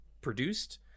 produced